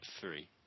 three